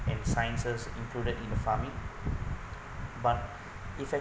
and sciences included in the farming but effective